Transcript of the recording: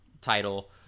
title